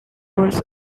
was